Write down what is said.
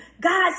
God